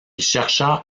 chercha